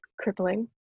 crippling